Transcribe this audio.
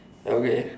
uh wait